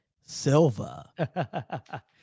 Silva